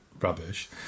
rubbish